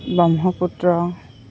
Brahmaputra